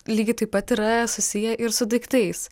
lygiai taip pat yra susiję ir su daiktais